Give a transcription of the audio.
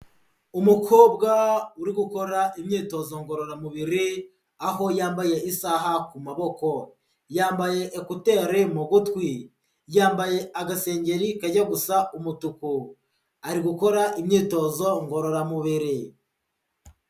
Umukobwa uri gukora imyitozo ngororamubiri, aho yambaye isaha ku maboko, yambaye ekuteli mu gutwi, yambaye agasengeri kajya gusa umutuku, ari gukora imyitozo ngororamubiri.